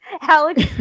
Alex